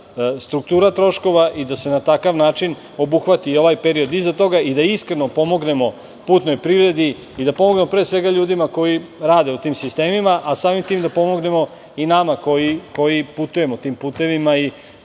struktura troškova i da se na takav način obuhvati i ovaj period iza toga i da iskreno pomognemo putnoj privredi i da pomognemo pre svega ljudima koji rade u tim sistemima, a samim tim da pomognemo i nama koji putujemo tim putevima i